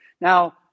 Now